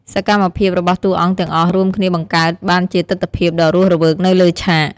សកម្មភាពរបស់តួអង្គទាំងអស់រួមគ្នាបង្កើតបានជាទិដ្ឋភាពដ៏រស់រវើកនៅលើឆាក។